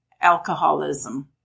alcoholism